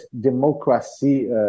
democracy